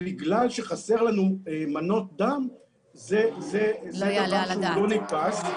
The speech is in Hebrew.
בגלל שחסרות לנו מנות דם זה משהו לא נתפס.